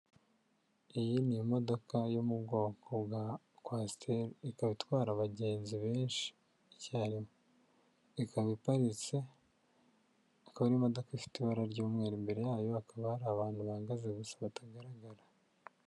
Iyi ni imodoka yo mu bwoko bwa kwasiteri ikaba itwara abagenzi benshi icyarimwe ikaba iparitse akaba ari imodoka ifite ibara ry'umweru imbere yayo hakaba hari abantu bahagaze gusa batagaragara.